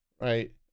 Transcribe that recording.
right